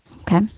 Okay